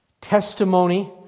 testimony